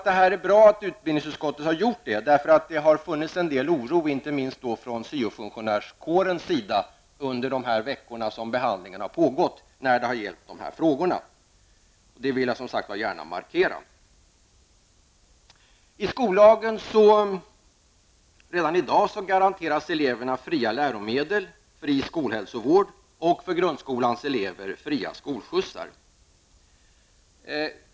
Det är bra att utbildningsutskottet gör dessa uttalanden. Det har funnits en del oro, inte minst från syofunktionärskårens sida, under de veckor som behandlingen har pågått. Detta vill jag gärna markera. I skollagen garanteras eleverna redan i dag fria läromedel och fri skolhälsovård samt grundskolans elever fria skolskjutsar.